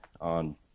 on